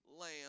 lamb